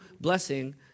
blessing